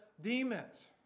demons